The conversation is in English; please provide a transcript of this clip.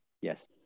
yes